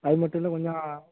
அது மட்டும் இல்லை கொஞ்சம்